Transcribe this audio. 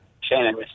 Shannon